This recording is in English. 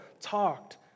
talked